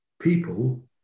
people